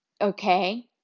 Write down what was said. okay